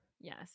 Yes